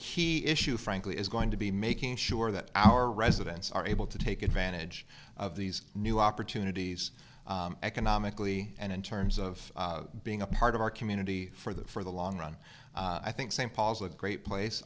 key issue frankly is going to be making sure that our residents are able to take advantage of these new opportunities economically and in terms of being a part of our community for the for the long run i think st paul's a great place